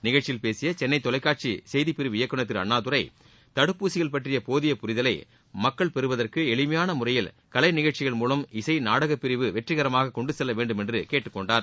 நிகழ்ச்சியில் பேசிய சென்னை தொலைக்காட்சியின் செய்திப்பிரிவு இயக்குநர் திரு அண்ணாதுரை தடுப்பூசிகள் பற்றிய போதிய புரிதலை மக்கள் பெறுவதற்கு எளிமையான முறையில் கலை நிகழச்சிகள் மூலம் இசை நாடகப்பிரிவு வெற்றிகரமாக கொண்டுச்செல்ல வேண்டும் என்று கேட்டுக்கொண்டார்